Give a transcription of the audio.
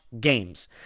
games